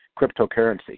cryptocurrency